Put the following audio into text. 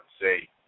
say